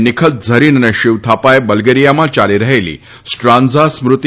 નીખત ઝરીન અને શિવથાપાએ બલ્ગેરીયામાં યાલી રહેલી સ્ટ્રાન્ઝા સ્મૃતિ